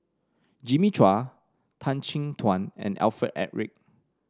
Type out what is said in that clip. Jimmy Chua Tan Chin Tuan and Alfred Eric